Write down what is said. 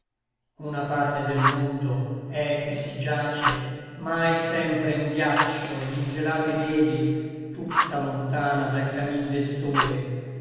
una parte del mondo è che si giace mai sempre in ghiaccio et in gelate nevi tutta lontana dal camin del sole